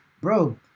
Bro